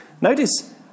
Notice